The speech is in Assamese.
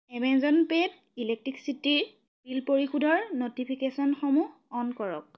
এমেজন পেত ইলেক্ট্ৰিচিটীৰ বিল পৰিশোধৰ ন'টিফিকচনসমূহ অন কৰক